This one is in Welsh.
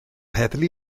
heddlu